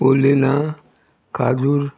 बोलिना काजूर